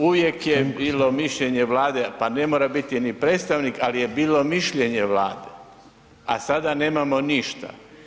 Uvijek je bilo mišljenje Vlade, pa ne mora biti ni predstavnik ali je bilo mišljenje Vlade, a sada nemamo ništa.